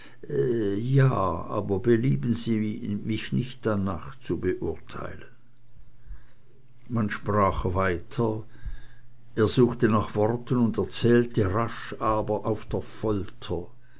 ja aber belieben sie mich nicht darnach zu beurteilen man sprach weiter er suchte nach worten und erzählte rasch aber auf der